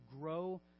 grow